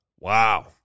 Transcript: Wow